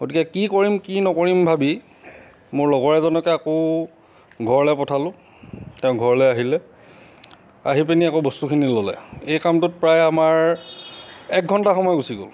গতিকে কি কৰিম কি নকৰিম ভাবি মোৰ লগৰ এজনকে আকৌ ঘৰলৈ পঠালোঁ তেওঁ ঘৰলে আহিলে আহি পিনি আকৌ বস্তুখিনি ল'লে এই কামটোত প্ৰায় আমাৰ এক ঘণ্টা সময় গুচি গ'ল